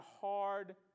hard